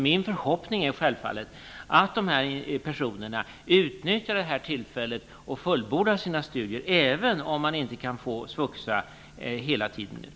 Min förhoppning är självfallet att de berörda personerna utnyttjar detta tillfälle att fullborda sina studier, även om de inte kan få SVUXA hela tiden ut.